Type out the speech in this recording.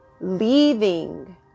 Leaving